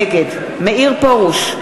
נגד מאיר פרוש,